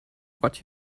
what